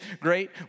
great